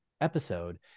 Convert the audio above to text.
episode